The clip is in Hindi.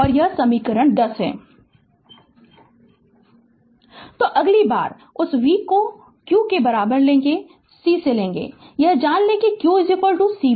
तो यह समीकरण 10 है Refer Slide Time 1656 तो अगली बार उस v q को c से लें यह जान लें कि q c v